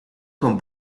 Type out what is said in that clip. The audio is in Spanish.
con